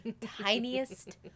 tiniest